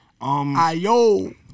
Ayo